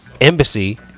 embassy